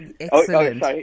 Excellent